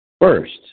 first